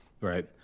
Right